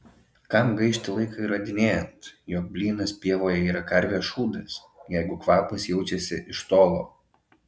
kam gaišti laiką įrodinėjant jog blynas pievoje yra karvės šūdas jeigu kvapas jaučiasi iš tolo